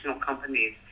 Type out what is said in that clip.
companies